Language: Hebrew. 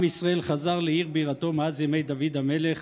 עם ישראל חזר לעיר בירתו מאז ימי דוד המלך